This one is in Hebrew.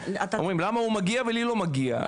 אומרים למה הוא מגיע ולי לא מגיע,